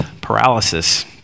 paralysis